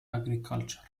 agriculture